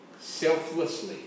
selflessly